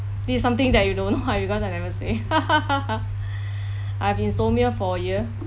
this is something that you don't know because I never say I have insomnia for a year